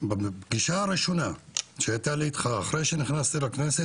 אני זוכרת בפגישה הראשונה שהייתה לי איתך אחרי שנכנסתי לכנסת,